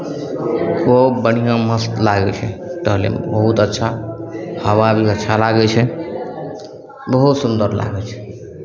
ओ बढ़िआँ मस्त लागै छै टहलैमे बहुत अच्छा हवा भी अच्छा लागै छै बहुत सुन्दर लागै छै